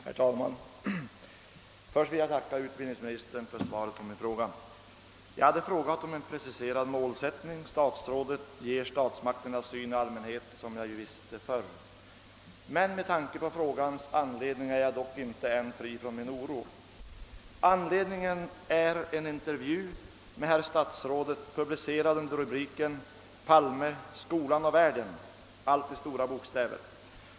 Herr talman! Först vill jag tacka ut bildningsministern för svaret på min fråga. Jag hade frågat, om statsrådet ville precisera målsättningen för den gradvis skeende utvecklingen av skolans kristendomsundervisning. Statsmakternas syn på denna undervisning kände jag ju redan till. Ännu har jag dock inte blivit fri från min oro. Anledningen till min fråga är en intervju med herr statsrådet, publicerad under rubriken »PALME, SKOLAN OCH VÄRLDEN», allt i stora bokstäver.